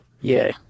Yay